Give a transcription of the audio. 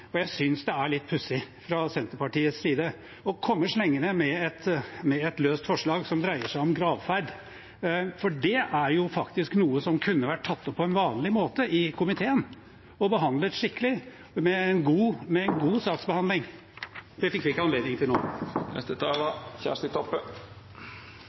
Senterpartiets side å komme slengende med et løst forslag som dreier seg om gravferd, for det er jo faktisk noe som kunne vært tatt opp på en vanlig måte i komiteen og blitt behandlet skikkelig med en god saksbehandling. Det fikk vi ikke anledning til nå.